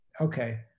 Okay